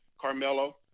Carmelo